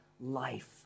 life